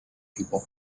people